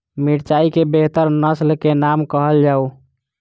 मिर्चाई केँ बेहतर नस्ल केँ नाम कहल जाउ?